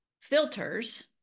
filters